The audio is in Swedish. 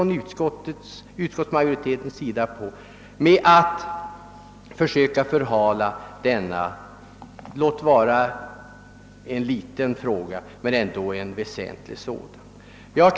Nu försöker utskottsmajoriteten trots detta att förhala denna — låt vara lilla men dock väsentliga — fråga.